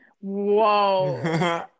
whoa